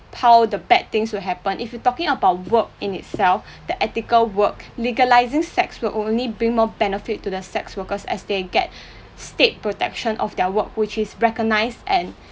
how the bad things would happen if you talking about work in itself that ethical work legalising sex work would only bring more benefit to the sex workers as they get state protection of their work which is recognised and